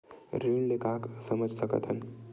ऋण ले का समझ सकत हन?